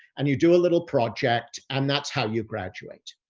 and you do a little project and that's how you graduate.